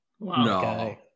No